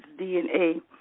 DNA